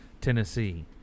Tennessee